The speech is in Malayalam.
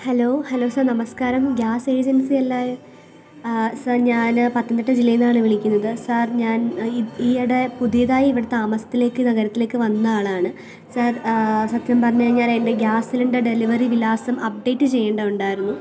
ഹലോ ഹലൊ സാർ നമസ്കാരം ഗ്യാസ് ഏജൻസിയല്ലേ ആ സാർ ഞാൻ പത്തനം തിട്ട ജില്ലയിൽനിന്നാണ് വിളിക്കുന്നത് സാർ ഞാൻ ഈ ഈയിടെ പുതിയതായിവിടെ താമസത്തിലേക്ക് നഗരത്തിലേക്ക് വന്ന ആളാണ് സാർ സത്യം പറഞ്ഞ് കഴിഞ്ഞാലെന്റെ ഗ്യാസ് സിലിണ്ടർ ഡെലിവറി വിലാസം അപ്ഡേറ്റ് ചെയ്യേണ്ടതുണ്ടായിരുന്നു